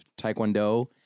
Taekwondo